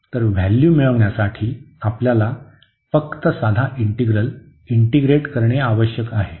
तर व्हॅल्यू मिळवण्यासाठी आपल्याला फक्त साधा इंटीग्रल इंटीग्रेट करणे आवश्यक आहे